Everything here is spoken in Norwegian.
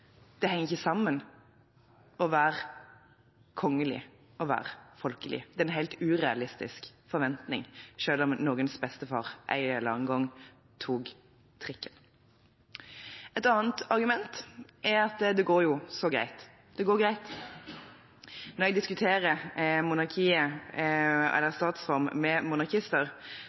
Det henger ikke sammen å være kongelig og å være folkelig. Det er en helt urealistisk forventning, selv om noens bestefar en eller annen gang tok trikken. Et argument er at det går jo så greit. Når jeg diskuterer monarkiet eller statsform med monarkister,